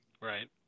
Right